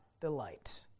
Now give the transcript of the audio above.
delight